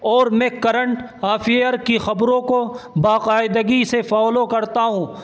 اور میں current affair کی خبروں کو باقاعدگی سے فالو کرتا ہوں